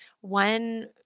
one